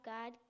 God